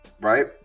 Right